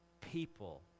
People